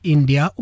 India